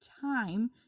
time